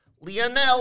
Lionel